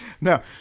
No